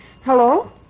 Hello